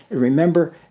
remember,